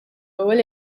ewwel